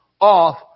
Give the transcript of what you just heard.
Off